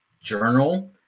journal